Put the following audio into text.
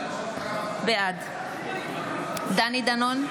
בעד דני דנון,